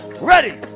Ready